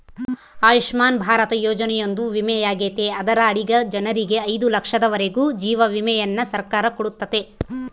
ಆಯುಷ್ಮನ್ ಭಾರತ ಯೋಜನೆಯೊಂದು ವಿಮೆಯಾಗೆತೆ ಅದರ ಅಡಿಗ ಜನರಿಗೆ ಐದು ಲಕ್ಷದವರೆಗೂ ಜೀವ ವಿಮೆಯನ್ನ ಸರ್ಕಾರ ಕೊಡುತ್ತತೆ